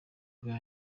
bwanyu